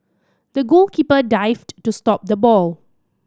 the goalkeeper dived to stop the ball